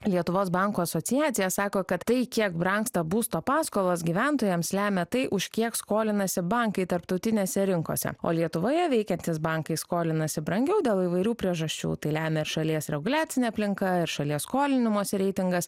lietuvos bankų asociacija sako kad tai kiek brangsta būsto paskolos gyventojams lemia tai už kiek skolinasi bankai tarptautinėse rinkose o lietuvoje veikiantys bankai skolinasi brangiau dėl įvairių priežasčių tai lemia ir šalies reguliacinė aplinka ir šalies skolinimosi reitingas